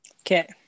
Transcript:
Okay